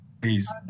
please